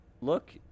look